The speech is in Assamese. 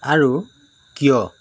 আৰু কিয়